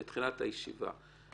בתחילת הישיבה.